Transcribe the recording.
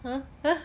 !huh! !huh!